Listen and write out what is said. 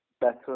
better